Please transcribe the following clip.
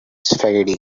spaghetti